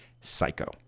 Psycho